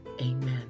Amen